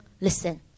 listen